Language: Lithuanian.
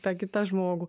tą kitą žmogų